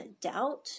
doubt